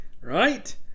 right